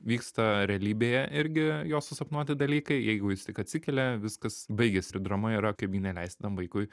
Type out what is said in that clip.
vyksta realybėje irgi jo susapnuoti dalykai jeigu jis tik atsikelia viskas baigiasi ir drama yra kaipgi neleist tam vaikui